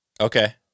Okay